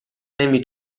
نمی